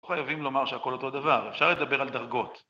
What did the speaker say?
לא חייבים לומר שהכול אותו דבר, אפשר לדבר על דרגות.